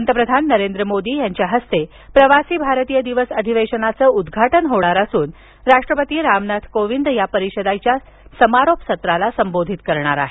पंतप्रधान नरेंद्र मोदी यांच्या हस्ते प्रवासी भारतीय दिवस अधिवेशनाचं उद्वाटन होणार असून राष्ट्रपती रामनाथ कोविंद या परिषदेच्या समारोप सत्राला संबोधित करणार आहेत